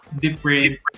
different